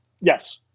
Yes